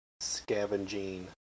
scavenging